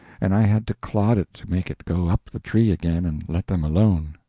and i had to clod it to make it go up the tree again and let them alone.